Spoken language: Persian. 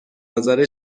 نظر